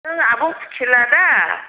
नों आब' फुथिला दा